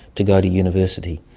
to go to university.